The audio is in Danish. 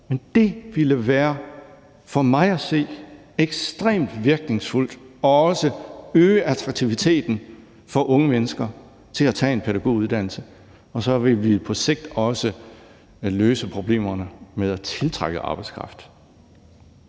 men det ville for mig at se være ekstremt virkningsfuldt og også øge attraktiviteten for unge mennesker i forhold til at tage en pædagoguddannelse, og så ville vi på sigt også løse problemerne med at tiltrække arbejdskraft.